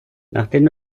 nachdem